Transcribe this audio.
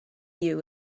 you